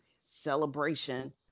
celebration